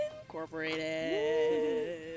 Incorporated